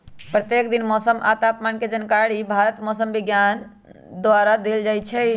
प्रत्येक दिन मौसम आ तापमान के जानकारी भारत मौसम विज्ञान विभाग द्वारा देल जाइ छइ